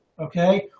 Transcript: okay